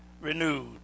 renewed